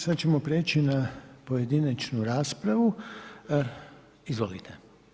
Sada ćemo preći na pojedinačnu raspravu, izvolite.